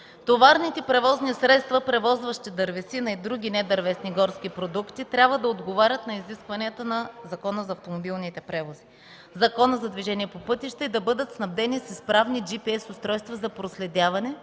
„Товарните превозни средства, превозващи дървесина и други недървесни горски продукти, трябва да отговарят на изискванията на Закона за автомобилните превози, Закона за движение по пътищата и да бъдат снабдени с изправни GPS устройства за проследяване,